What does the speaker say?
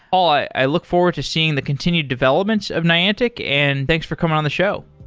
paul, i look forward to seeing the continued developments of niantic, and thanks for coming on the show.